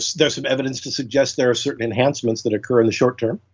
so there's um evidence to suggest there are certain enhancements that occur in the shortterm.